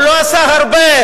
הוא לא עשה הרבה.